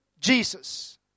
Jesus